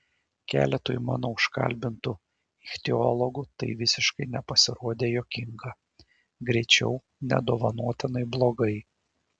keletui mano užkalbintų ichtiologų tai visiškai nepasirodė juokinga greičiau nedovanotinai blogai